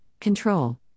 control